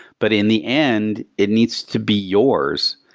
but in the end, it needs to be yours.